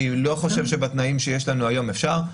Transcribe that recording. אני לא חושב שבתנאים שיש לנו היום אפשר.